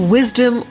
Wisdom